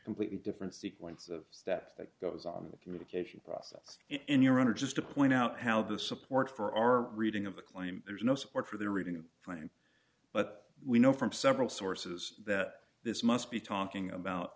completely different sequence of steps that goes on in the communication process in your honor just to point out how the support for our reading of the claim there's no support for the reading frame but we know from several sources that this must be talking about